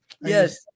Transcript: Yes